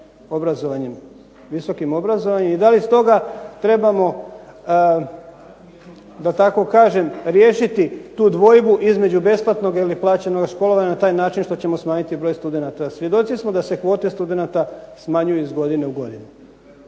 obrazovanjem, visokim obrazovanjem, i da li stoga trebamo da tako kažem riješiti tu dvojbu između besplatnog ili plaćenoga školovanja na taj način što ćemo smanjiti broj studenata. Svjedoci smo da se kvote studenata smanjuju iz godine u godinu.